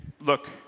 look